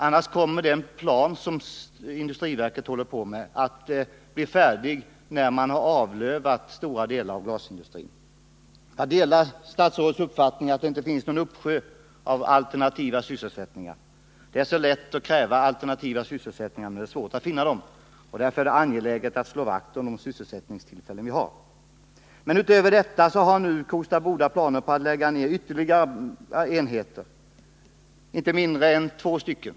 Annars kommer den plan som industriverket arbetar på att bli färdig först när man avlövat stora delar av glasindustrin. Jag delar statsrådets uppfattning att det inte finns någon uppsjö av alternativa sysselsättningar. Det är så lätt att kräva alternativa sysselsättningar, men det är svårt att finna dem. Därför är det angeläget att slå vakt om de sysselsättningstillfällen vi har. Utöver planerna på nedläggning i Skruv har Kosta Boda AB nu planer på att lägga ned ytterligare enheter — inte mindre än två stycken.